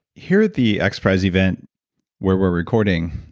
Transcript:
here at the xprize event where we're recording,